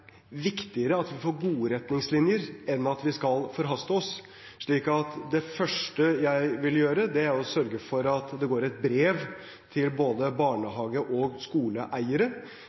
viktigere at vi får gode retningslinjer enn at vi skal forhaste oss, slik at det første jeg vil gjøre, er å sørge for at det går et brev til både barnehage- og skoleeiere,